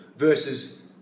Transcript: versus